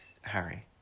Harry